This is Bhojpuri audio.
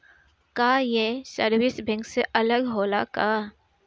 का ये सर्विस बैंक से अलग होला का?